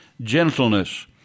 gentleness